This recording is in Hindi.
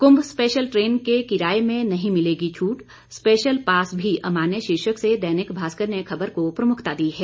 कुंभ स्पेशल ट्रेन के किराये में नहीं मिलेगी छूट स्पेशल पास भी मान्य शीर्षक से दैनिक भास्कर ने खबर को प्रमुखता दी है